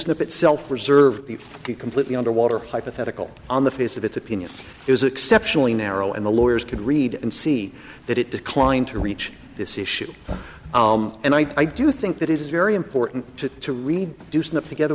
snip itself reserve completely under water hypothetical on the face of its opinion is exceptionally narrow and the lawyers could read and see that it declined to reach this issue and i do think that it is very important to to read do snap together